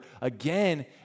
again